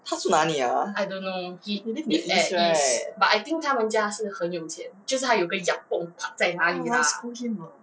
他住哪里 ah he live in the east right why I scold him ah